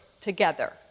together